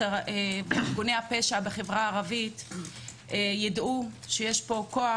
שארגוני הפשע בחברה הערבית יידעו שיש פה כוח,